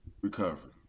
recovery